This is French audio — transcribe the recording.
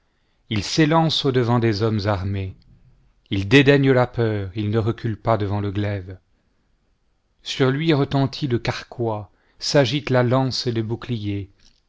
il s'élance au-devant des hommes armés il dédaigne la peur il ne recule pas devant le glaive sur lui retentit le carquois s'agitent la lance et le bouclier